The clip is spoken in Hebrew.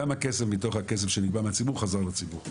כמה כסף מתוך הכסף שנגבה מהציבור חזר לציבור?